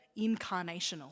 incarnational